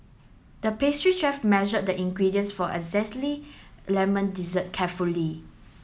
the pastry chef measured the ingredients for a zesty lemon dessert carefully